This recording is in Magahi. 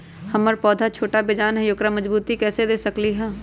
हमर पौधा छोटा बेजान हई उकरा मजबूती कैसे दे सकली ह?